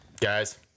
Guys